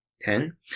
Ten